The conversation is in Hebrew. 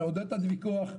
לעודד את הוויכוח,